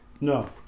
No